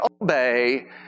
obey